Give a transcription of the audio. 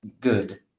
good